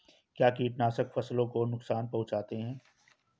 क्या कीटनाशक फसलों को नुकसान पहुँचाते हैं?